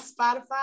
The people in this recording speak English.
Spotify